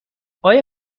آیا